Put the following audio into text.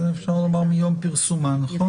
אז אפשר לומר מיום פרסומן, נכון?